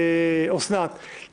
אוסנת,